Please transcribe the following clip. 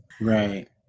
right